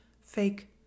fake